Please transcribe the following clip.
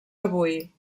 avui